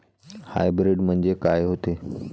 Hybrid म्हनजे का होते?